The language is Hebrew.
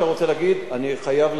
אני חייב לעשות בדיקה,